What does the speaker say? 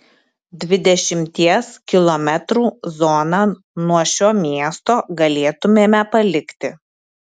dvidešimties kilometrų zoną nuo šio miesto galėtumėme palikti